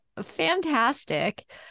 fantastic